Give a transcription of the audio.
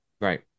Right